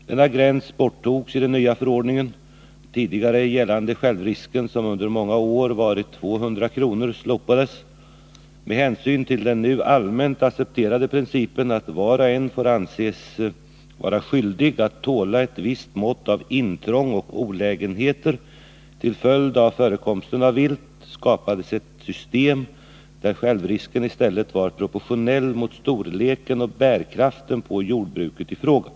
Denna gräns borttogs i den nya förordningen. Den tidigare gällande självrisken, som under många år varit 200 kr., slopades. Med hänsyn till den nu allmänt accepterade principen — att var och en får anses vara skyldig att tåla ett visst mått av intrång och olägenheter till följd av förekomsten av vilt — skapades ett system där självrisken i stället var proportionell mot storleken och bärkraften på jordbruket i fråga.